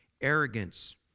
Arrogance